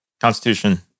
Constitution